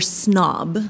snob